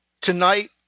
tonight